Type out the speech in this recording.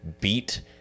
beat